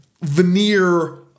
veneer